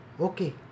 okay